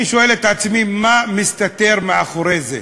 אני שואל את עצמי, מה מסתתר מאחורי זה?